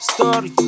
Story